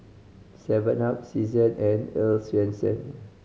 seven up Season and Earl's Swensens